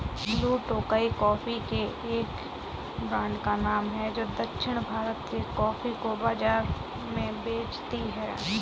blue Tokai coffee के एक brand का नाम है जो दक्षिण भारत के कॉफी को बाजार में बेचती है